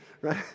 right